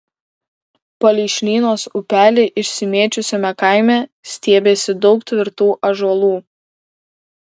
palei šlynos upelį išsimėčiusiame kaime stiebėsi daug tvirtų ąžuolų